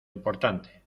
importante